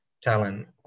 talent